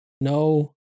No